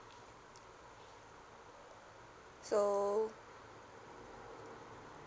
so